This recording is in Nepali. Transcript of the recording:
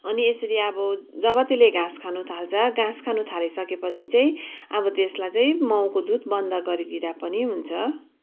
अनि यसरी अब जब त्यसले घाँस खानु थाल्छ घाँस खानु थालिसकेपछि चाहिँ अब त्यसलाई चाहिँ माउको दुध बन्द गरिदिँदा पनि हुन्छ